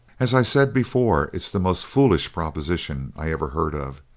as i said before, it's the most foolish proposition i ever heard of.